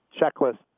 checklist